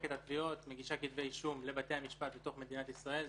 מחלקת התביעות מגישה כתבי אישום לבתי המשפט במדינת ישראל.